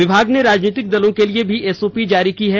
विभाग ने राजनीतिक दलों के लिए भी एसओपी जारी की है